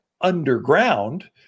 underground